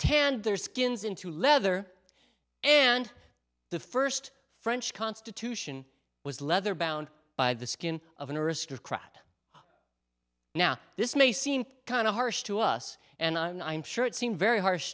tanned their skins into leather and the first french constitution was leather bound by the skin of an aristocrat now this may seem kind of harsh to us and i'm sure it seemed very harsh